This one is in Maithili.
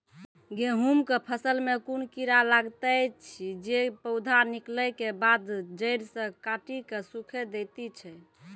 गेहूँमक फसल मे कून कीड़ा लागतै ऐछि जे पौधा निकलै केबाद जैर सऽ काटि कऽ सूखे दैति छै?